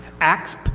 Acts